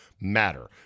matter